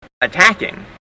attacking